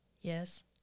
yes